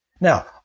Now